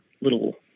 little